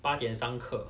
八点上课